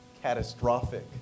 catastrophic